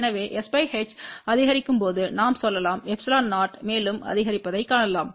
எனவே s h அதிகரிக்கும்போது நாம் சொல்லலாம் ε0மேலும் அதிகரிப்பதைக் காணலாம்